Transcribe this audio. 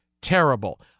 terrible